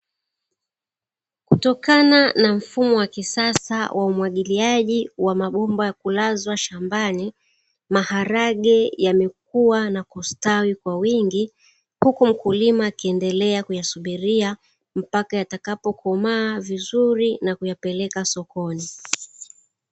Kutokana na mfumo wa kisasa wa umwagiliaji wa mabomba ya kulazwa shambani, maharage yamekuwa na kustawi kwa wingi huku mkulima akiendelea kuyasubiria mpaka yatakapokomaa vizuri na kuyapeleka sokoni.